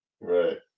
Right